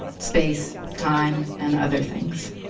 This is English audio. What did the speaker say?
space, time, and other things.